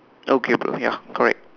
okay bro ya correct